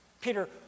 Peter